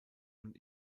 und